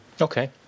Okay